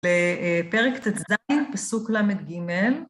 לפרק ט ז, פסוק למד ג'